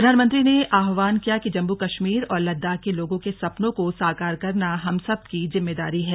प्रधानमंत्री ने आह्वान किया कि जम्मू कश्मीर और लद्दाख के लोगों के सपनों को साकार करना हम सबकी जिम्मेदारी है